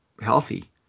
healthy